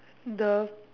the